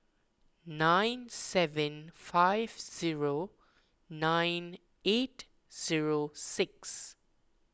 nine seven five zero nine eight zero six